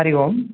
हरिः ओम्